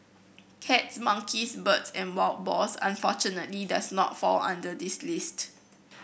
cats monkeys birds and wild boars unfortunately does not fall under this list